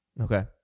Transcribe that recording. Okay